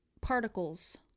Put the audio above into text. particles